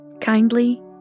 Kindly